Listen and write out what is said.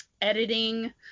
editing